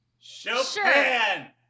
Chopin